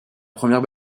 première